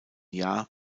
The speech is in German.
jahr